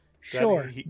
Sure